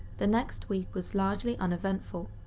the next week was largely uneventful,